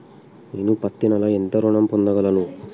నేను పత్తి నెల ఎంత ఋణం పొందగలను?